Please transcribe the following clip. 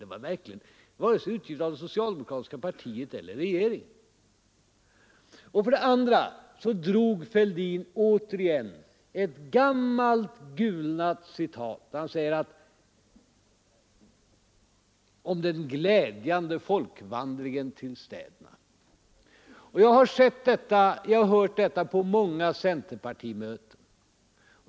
Den boken utgavs varken av socialdemokratiska partiet eller av regeringen. Herr Fälldin återgav också än en gång ett gammalt gulnat citat om den glädjande folkvandringen till städerna det är något som man gjort många gånger på centerpartimöten.